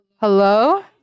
Hello